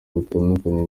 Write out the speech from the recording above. butandukanye